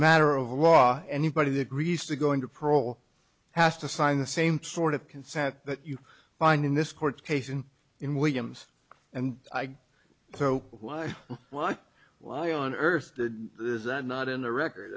matter of law anybody agrees to go into prole has to sign the same sort of consent that you find in this court case and in williams and i so why why why on earth is that not in the record